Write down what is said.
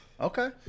Okay